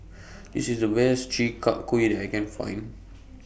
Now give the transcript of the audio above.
This IS The Best Chi Kak Kuih that I Can Find